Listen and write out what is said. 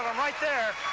right there.